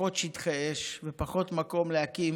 פחות שטחי אש, פחות מקום להקים